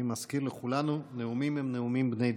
אני מזכיר לכולנו: הנאומים הם נאומים בני דקה.